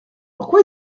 pourquoi